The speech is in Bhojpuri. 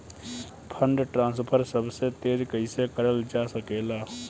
फंडट्रांसफर सबसे तेज कइसे करल जा सकेला?